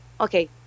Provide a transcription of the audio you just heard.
Okay